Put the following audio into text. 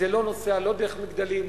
זה לא נוסע לא דרך מגדלים,